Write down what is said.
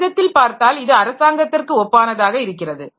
ஒரு விதத்தில் பார்த்தால் இது அரசாங்கத்திற்கு ஒப்பானதாக இருக்கிறது